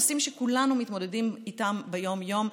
אלה נושאים שכולנו מתמודדים איתם ביום-יום,